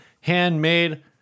handmade